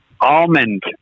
almond